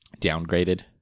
downgraded